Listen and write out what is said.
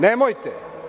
Nemojte.